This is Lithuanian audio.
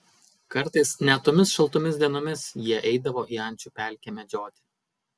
kartais net tomis šaltomis dienomis jie eidavo į ančių pelkę medžioti